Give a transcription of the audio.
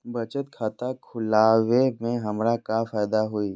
बचत खाता खुला वे में हमरा का फायदा हुई?